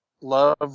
love